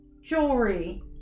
Jewelry